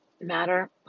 matter